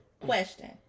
question